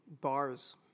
Bars